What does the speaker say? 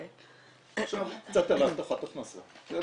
קצת על הבטחת הכנסה.